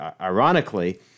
ironically